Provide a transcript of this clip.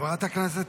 חברת הכנסת